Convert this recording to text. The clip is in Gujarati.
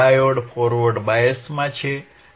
ડાયોડ ફોરવર્ડ બાયસમાં છે